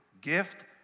Gift